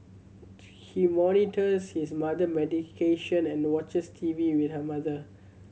he monitors his mother medication and watches T V with her mother